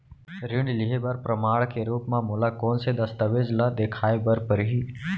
ऋण लिहे बर प्रमाण के रूप मा मोला कोन से दस्तावेज ला देखाय बर परही?